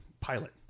pilot